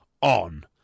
on